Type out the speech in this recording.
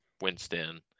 Winston